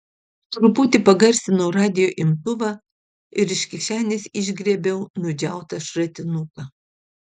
truputį pagarsinau radijo imtuvą ir iš kišenės išgriebiau nudžiautą šratinuką